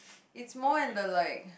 it's more in the like